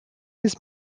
his